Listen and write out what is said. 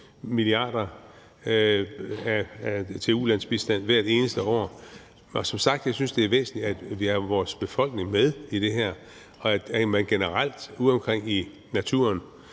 mia. kr. til ulandsbistand hvert eneste år. Som sagt synes jeg, det er væsentligt, at vi har vores befolkning med i det her, og at man generelt udeomkring faktisk